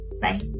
bye